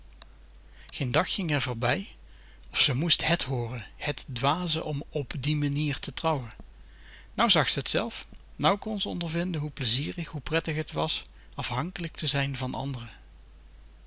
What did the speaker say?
dag ging r voorbij of ze moest hèt hooren hèt dwaze om o p d i e m a n i e r te trouwen nou zag ze t zelf nou kon ze ondervin plezierig hoe prettig t was afhankelijk te zijn van anderen